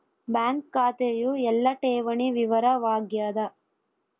bank ಖಾತೆಯು ಎಲ್ಲ ಠೇವಣಿ ವಿವರ ವಾಗ್ಯಾದ